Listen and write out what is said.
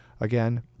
Again